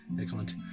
Excellent